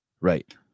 Right